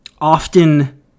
often